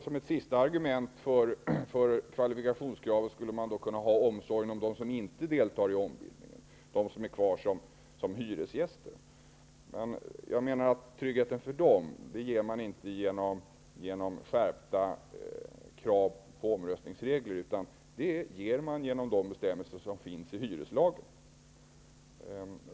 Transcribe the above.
Som ett sista argument för kvalifikationskravet skulle man kunna ha omsorgen om dem som inte deltar i ombildningen, dem som är kvar som hyresgäster. Men jag menar att tryggheten för dem åstadkommer man inte genom skärpta krav på omröstningsregler, utan det gör man genom de bestämmelser som finns i hyreslagen.